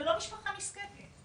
ולא משפחה נזקקת,